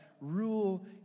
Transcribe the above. rule